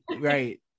right